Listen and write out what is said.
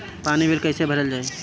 पानी बिल कइसे भरल जाई?